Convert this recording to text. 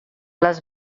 les